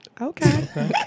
Okay